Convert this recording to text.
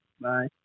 Bye